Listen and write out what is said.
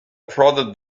prodded